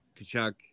Kachuk